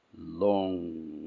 long